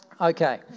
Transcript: Okay